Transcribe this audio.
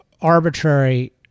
arbitrary